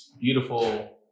beautiful